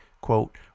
quote